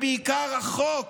ובעיקר החוק